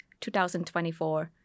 2024